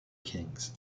kings